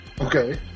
Okay